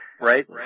right